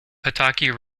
pataki